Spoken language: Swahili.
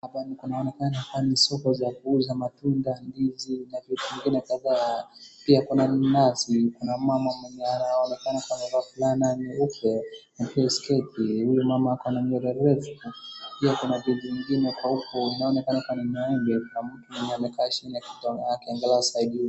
Hapa inaonekana kama ni soko za kuuza matunda, ndizi na vitu vingine kadhaa. Pia kuna nanasi, kuna mama mwenye anaonekana kama amevaa fulana nyeupe akiwa sketi. Huyo mama ako na nywele refu. Pia kuna vitu ingine kwa huko, inaonekana kama ni maembe. Kuna mtu mwingine amekaa chini akiangalia usaidizi.